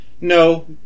No